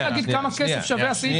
הוא יכול להגיד כמה כסף שווה הסעיף